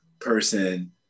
person